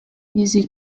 easy